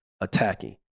attacking